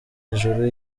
ijuru